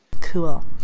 Cool